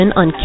on